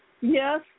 Yes